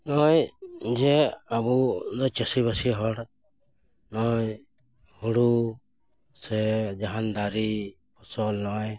ᱱᱚᱜᱼᱚᱭ ᱡᱮ ᱟᱵᱚ ᱩᱱᱟᱹᱜ ᱪᱟᱹᱥᱤᱼᱵᱟᱹᱥᱤ ᱦᱚᱲ ᱱᱚᱜᱼᱚᱭ ᱦᱩᱲᱩ ᱥᱮ ᱡᱟᱦᱟᱱ ᱫᱟᱨᱮ ᱯᱷᱚᱥᱚᱞ ᱱᱚᱜᱼᱚᱭ